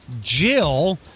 Jill